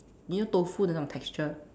you know tofu 的那种 texture